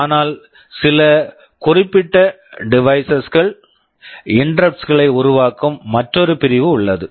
ஆனால் சில குறிப்பிட்ட டிவைஸஸ் devices கள் இன்டெரப்ட்ஸ் interrupts களை உருவாக்கும் மற்றொரு பிரிவு உள்ளது